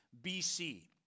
BC